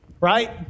Right